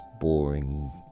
Boring